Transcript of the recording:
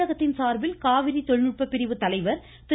தமிழகத்தின் சார்பில் காவிரி தொழில்நுட்ப பிரிவு தலைவர் திரு